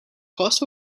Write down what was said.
cost